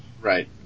Right